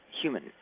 human